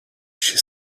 she